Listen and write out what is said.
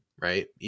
Right